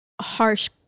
harsh